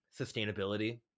sustainability